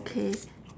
K